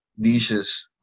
dishes